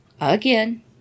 again